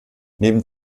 neben